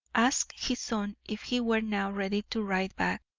asked his son if he were now ready to ride back.